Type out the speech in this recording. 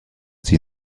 sie